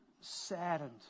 saddened